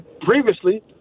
previously